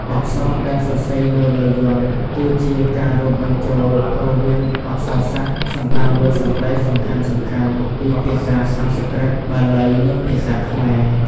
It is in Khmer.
អក្សរដែលសរសេរនៅលើយន្តគឺជាការរួមបញ្ចូលរវាងអក្សរសាស្ត្រ សំដៅលើសំដីសំខាន់ៗ ពីភាសាសំស្ក្រឹត បាលី និងភាសាខ្មែរ។